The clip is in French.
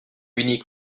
unique